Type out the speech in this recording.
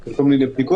של כל מיני בדיקות.